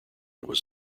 was